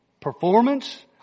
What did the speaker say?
performance